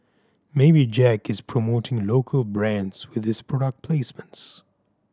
maybe Jack is promoting local brands with his product placements